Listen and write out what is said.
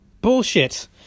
Bullshit